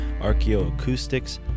archaeoacoustics